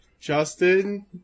justin